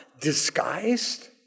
Disguised